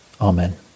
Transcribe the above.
Amen